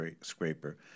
scraper